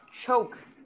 choke